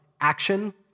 action